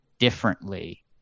differently